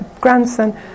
grandson